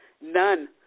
none